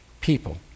people